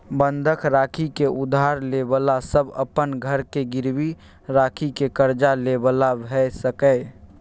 बंधक राखि के उधार ले बला सब अपन घर के गिरवी राखि के कर्जा ले बला भेय सकेए